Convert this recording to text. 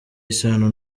isano